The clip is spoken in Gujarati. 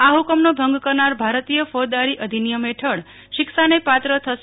આ હુકમનો ભગ કરનાર ભારતીય ફોજદારી અધિનિયમ હેઠળ શિક્ષાને પાત્ર થશે